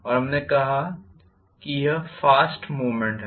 और हमने कहा कि यह फास्ट मूवमेंट है